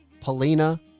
Polina